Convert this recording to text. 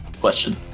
question